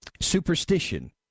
superstition